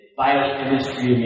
biochemistry